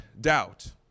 doubt